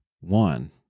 one